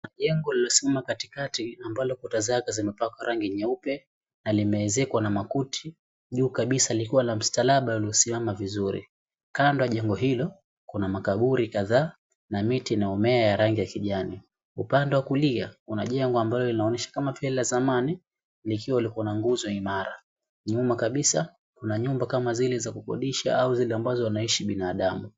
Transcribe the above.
Jengo lililosimama katikati ambalo kuta zake zimepakwa rangi nyeupe na limeezekwa na makuti juu kabisa likiwa na msalaba uliosimama vizuri kando ya jengo hilo, kuna makaburi kadhaa na miti na mimea ya rangi ya kijani upande wa kulia kuna jengo ambalo linaonesha kama tu ile la zamani likiwa na nguzo lililosimama imara nyuma kabisa, kuna nyumba kama zile za kukodisha ama zile ambazo wanaishi binadamu.